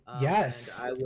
Yes